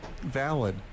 valid